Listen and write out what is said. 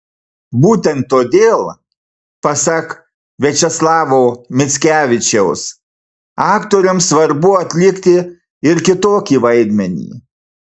būtent todėl pasak viačeslavo mickevičiaus aktoriams svarbu atlikti ir kitokį vaidmenį